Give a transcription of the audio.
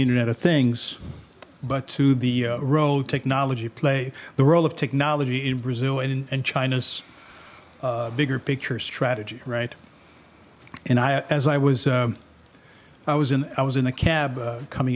internet of things but to the road technology play the role of technology in brazil in china's bigger picture strategy right and i as i was i was in i was in a cab coming